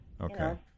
okay